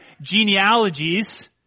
genealogies